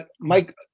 Mike